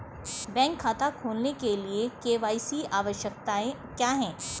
Bank खाता खोलने के लिए के.वाई.सी आवश्यकताएं क्या हैं?